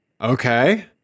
Okay